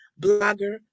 blogger